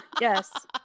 Yes